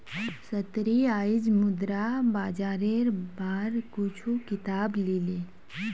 सन्नी आईज मुद्रा बाजारेर बार कुछू किताब ली ले